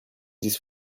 this